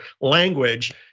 language